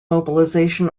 mobilization